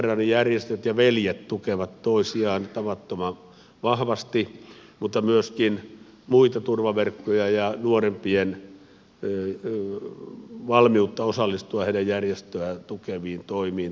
veteraanijärjestöt ja veljet tukevat toisiaan tavattoman vahvasti mutta myöskin muita turvaverkkoja ja nuorempien valmiutta osallistua heidän järjestöään tukeviin toimiin tarvitaan